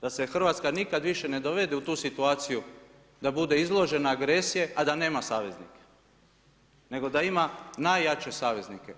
Da se RH više nikada više ne dovede u tu situaciju da bude izložena agresiji, a da ne saveznike, nego da ima najjače saveznike.